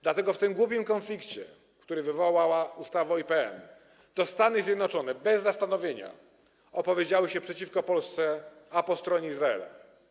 Dlatego w tym głupim konflikcie, który wywołała ustawa o IPN, Stany Zjednoczone bez zastanowienia opowiedziały się przeciwko Polsce, a po stronie Izraela.